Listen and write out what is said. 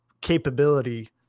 capability